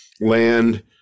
land